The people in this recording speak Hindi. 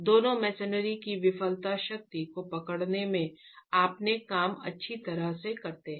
दोनों मसनरी की विफलता शक्ति को पकड़ने में अपना काम अच्छी तरह से करते हैं